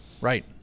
right